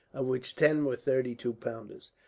of which ten were thirty-two pounders.